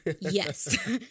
Yes